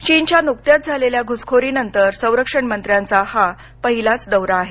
चीनच्या नुकत्याच झालेल्या घुसखोरीनंतर संरक्षणमंत्र्यांचा हा पहिलाच दौरा आहे